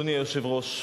אדוני היושב-ראש.